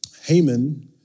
Haman